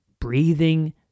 Breathing